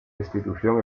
institución